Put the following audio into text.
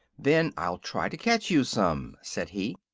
then i'll try to catch you some, said he.